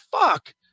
fuck